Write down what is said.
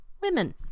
women